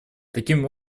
таким